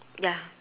ya